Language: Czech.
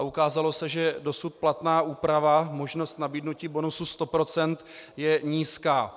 Ukázalo se, že dosud platná úprava, možnost nabídnutí bonusu 100 %, je nízká.